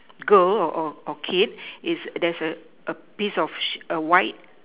girl or or or kid is there's a a piece of sheet white